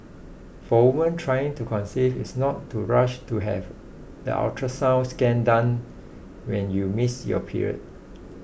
for women trying to conceive is not to rush to have the ultrasound scan done when you miss your period